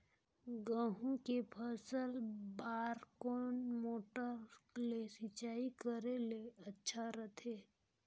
गहूं के फसल बार कोन मोटर ले सिंचाई करे ले अच्छा रथे?